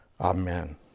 Amen